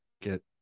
get